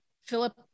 Philip